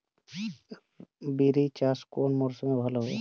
বিরি চাষ কোন মরশুমে ভালো হবে?